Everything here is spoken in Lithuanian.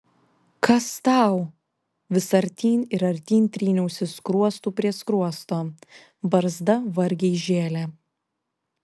kas tau vis artyn ir artyn tryniausi skruostu prie skruosto barzda vargiai žėlė